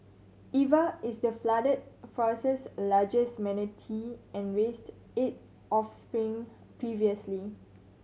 Eva is the Flooded Forest's largest manatee and raised eight offspring previously